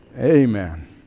Amen